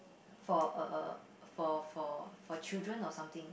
for a a for for for children or something